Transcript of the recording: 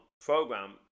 program